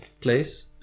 place